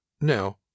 Now